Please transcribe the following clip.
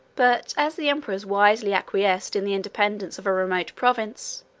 but as the emperors wisely acquiesced in the independence of a remote province,